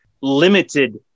limited